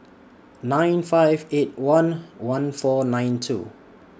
nine five eight one one four nine two